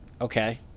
okay